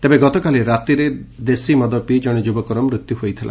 ତେବେ ଗତକାଲି ରାତିରେ ଦେଶୀ ମଦ ପିଇ କଣେ ଯୁବକର ମୃତ୍ୟୁ ହୋଇଥିଲା